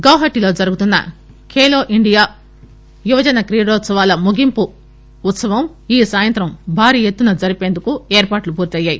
గౌహటిలో జరుగుతున్న ఖేలో ఇండియా యువజన క్రీడోత్పవాల ముగింపు ఉత్పవాన్ని ఈ సాయంత్రం భారీ ఎత్తున జరిపేందుకు ఏర్పాట్లు పూర్తయ్యాయి